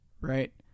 right